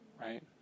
right